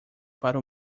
para